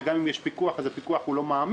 וגם אם יש פיקוח אז הפיקוח לא מעמיק,